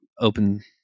Open